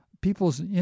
people's